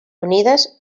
unides